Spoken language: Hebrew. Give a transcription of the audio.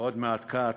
ועוד מעט קט,